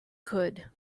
could